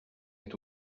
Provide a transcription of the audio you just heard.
est